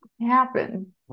happen